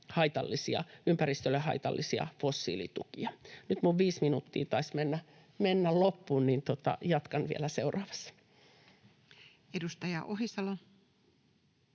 ympäristölle haitallisia fossiilitukia. Nyt minun viisi minuuttiani taisi mennä loppuun, niin jatkan vielä seuraavassa. [Speech